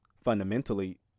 fundamentally